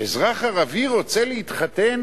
אזרח ערבי רוצה להתחתן